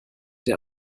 der